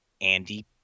Andy